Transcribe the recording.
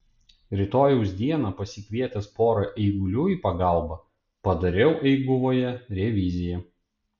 rytojaus dieną pasikvietęs pora eigulių į pagalbą padariau eiguvoje reviziją